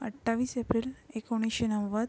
अठ्ठावीस एप्रिल एकोणिसशे नव्वद